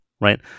right